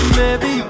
Baby